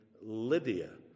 Lydia